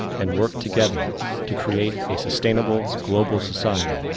and work together to create a sustainable, global society,